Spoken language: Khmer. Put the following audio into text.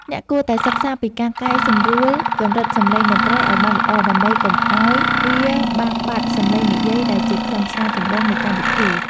អ្នកគួរតែសិក្សាពីការកែសម្រួលកម្រិតសំឡេងតន្ត្រីឱ្យបានល្អដើម្បីកុំឱ្យវាបាត់បង់សំឡេងនិយាយដែលជាខ្លឹមសារចម្បងនៃកម្មវិធី។